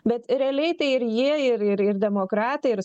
bet realiai tai ir jie ir ir demokratai ir